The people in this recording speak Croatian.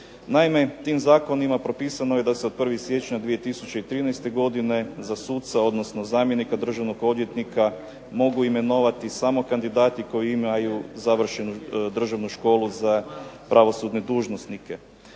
Naime tim zakonima propisano je da se od 1. siječnja 2013. godine za suca, odnosno zamjenika državnog odvjetnika mogu imenovati samo kandidati koji imaju završenu državnu školu za pravosudne dužnosnike.